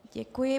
Děkuji.